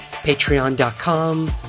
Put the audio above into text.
patreon.com